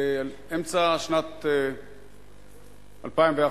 באמצע שנת 2001,